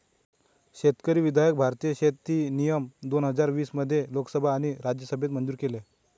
शेतकरी विधायक भारतीय शेती नियम दोन हजार वीस मध्ये लोकसभा आणि राज्यसभेत मंजूर केलं